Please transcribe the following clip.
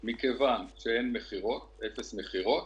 מכיוון שאין מכירות, אפס מכירות,